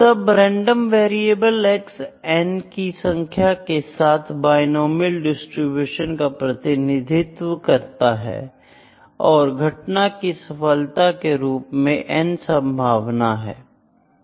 तब random variable X n की संख्या के साथ बिनोमीयल डिस्ट्रीब्यूशन का प्रतिनिधित्व करता है और घटना की सफलता के रूप में n संभावना है